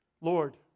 Lord